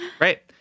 Right